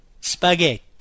Spaghetti